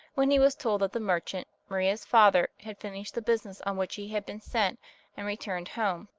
when he was told that the merchant, maria's father, had finished the business on which he had been sent and returned home.